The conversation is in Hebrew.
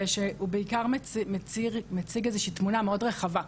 וזה בעיקר מציג תמונה מאוד רחבה.